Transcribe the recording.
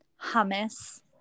hummus